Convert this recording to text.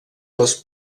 les